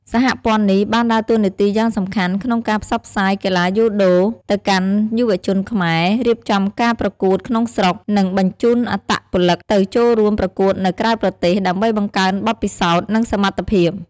សហព័ន្ធនេះបានដើរតួនាទីយ៉ាងសំខាន់ក្នុងការផ្សព្វផ្សាយកីឡាយូដូទៅកាន់យុវជនខ្មែរ រៀបចំការប្រកួតក្នុងស្រុក និងបញ្ជូនអត្តពលិកទៅចូលរួមប្រកួតនៅក្រៅប្រទេស ដើម្បីបង្កើនបទពិសោធន៍ និងសមត្ថភាព ។